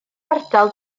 ardal